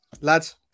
Lads